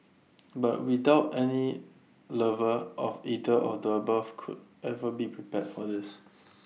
but we doubt any lover of either of the above could ever be prepared for this